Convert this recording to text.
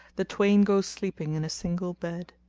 the twain go sleeping in a single bed.